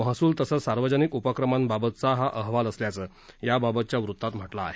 महसूल तसंच सार्वजनिक उपक्रमांबाबतचा हा अहवाल असल्याचं याबाबतच्या वृत्तात म्हटलं आहे